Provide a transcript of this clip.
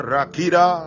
Rakira